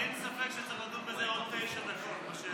אין ספק שצריך לדון בשאלה הזאת עוד תשע דקות.